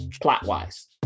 plot-wise